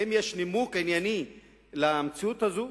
האם יש נימוק ענייני למציאות הזאת?